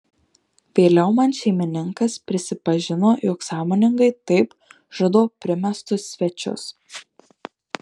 vėliau man šeimininkas prisipažino jog sąmoningai taip žudo primestus svečius